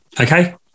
Okay